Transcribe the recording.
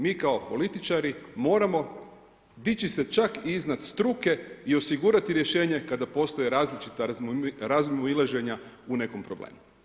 Mi kao političari moramo dići se čak i iznad struke i osigurati rješenje kada postoje različita razilaženja u nekom problemu.